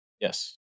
Yes